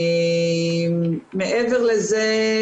מעבר לזה,